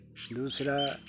ਦੂਸਰਾ